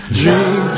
dream